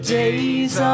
days